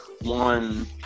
one